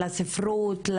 לספרות,